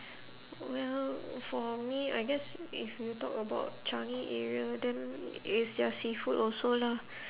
well for me I guess if you talk about changi area then it's their seafood also lah